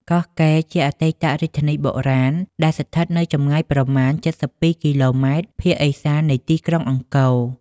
កោះកេរជាអតីតរាជធានីបុរាណ្យដែលស្ថិតនៅចម្ងាយប្រមាណ ៧២ គីឡូម៉ែត្រ ភាគឥសាននៃទីក្រុងអង្គ។